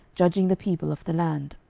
judging the people of the land.